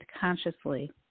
consciously